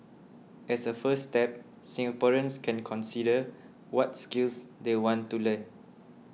as a first step Singaporeans can consider what skills they want to learn